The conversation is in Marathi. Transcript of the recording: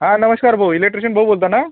हा नमस्कार भाऊ इलेक्ट्रिशियन भाऊ बोलता ना